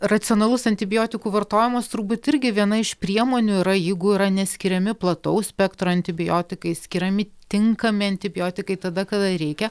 racionalus antibiotikų vartojimas turbūt irgi viena iš priemonių yra jeigu yra neskiriami plataus spektro antibiotikai skiriami tinkami antibiotikai tada kada reikia